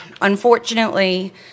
Unfortunately